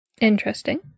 Interesting